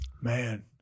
man